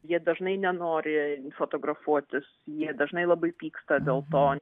jie dažnai nenori fotografuotis jie dažnai labai pyksta dėl to